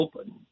open